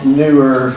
newer